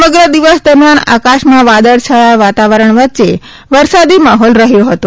સમગ્ર દિવસ દરમિયાન આકાશમાં વાદળછાયા વાતાવરણ વરસાદી માહોલ રહ્યો હતો